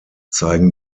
zeigen